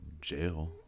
jail